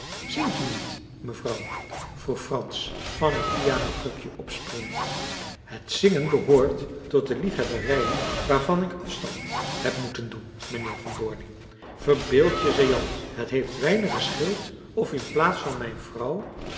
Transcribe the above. zingt u niet mevrouw vroeg frans van het pianokrukje opspringend het zingen behoort tot de lief hebberijen waarvan ik afstand heb moeten doen mijnheer van doorning verbeeld je zeide jan het heeft weinig gescheeld of in plaats van mijn vrouw